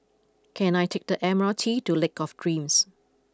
can I take the M R T to Lake of Dreams